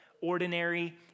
ordinary